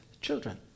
children